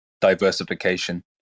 diversification